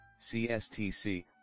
CSTC